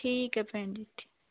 ਠੀਕ ਹੈ ਭੈਣ ਜੀ ਠੀ